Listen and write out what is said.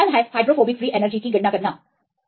अभी यह आसान है हाइड्रोफोबिक फ्री एनर्जी की गणना करना